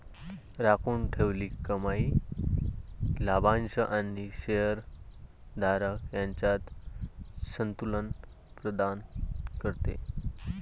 राखून ठेवलेली कमाई लाभांश आणि शेअर धारक यांच्यात संतुलन प्रदान करते